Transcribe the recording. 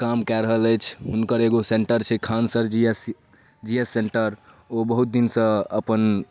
काम कऽ रहल अछि हुनकर एगो centre Khan sir G S Khan sir G S centre ओ बहुत दिनसँ अपन